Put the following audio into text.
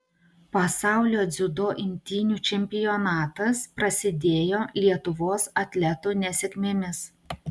pasaulio dziudo imtynių čempionatas prasidėjo lietuvos atletų nesėkmėmis